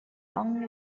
long